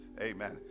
Amen